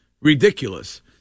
ridiculous